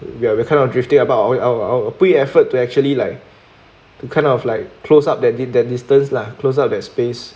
ya that kind of drifting about our I'll I'll I'll put in effort to actually like to kind of like close up that that distance lah close up that space